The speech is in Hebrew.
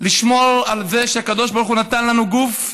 לשמור על זה שהקדוש-ברוך-הוא נתן לנו גוף,